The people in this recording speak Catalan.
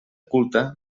culte